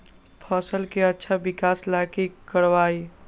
फसल के अच्छा विकास ला की करवाई?